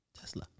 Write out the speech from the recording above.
Tesla